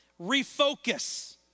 refocus